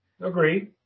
Agreed